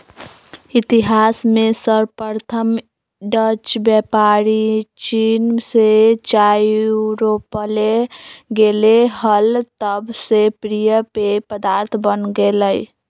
इतिहास में सर्वप्रथम डचव्यापारीचीन से चाययूरोपले गेले हल तब से प्रिय पेय पदार्थ बन गेलय